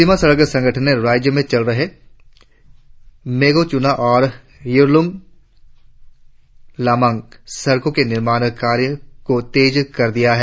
सीमा स ड़क संगठन ने राज्य में चल रहै मैगो चूना और यारलूंग लामंग सड़को के निर्माण कार्य को तेज कर दिया है